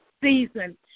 season